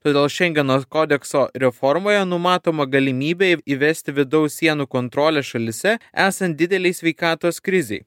todėl šengeno kodekso reformoje numatoma galimybė į įvesti vidaus sienų kontrolę šalyse esant didelei sveikatos krizei